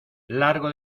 largo